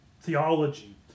theology